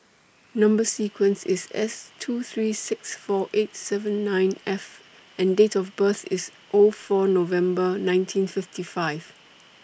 Number sequence IS S two three six four eight seven nine F and Date of birth IS O four November nineteen fifty five